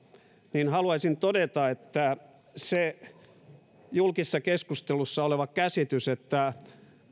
niin haluaisin todeta että se julkisessa keskustelussa oleva käsitys että